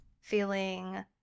feeling